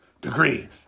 degree